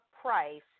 Price